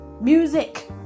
Music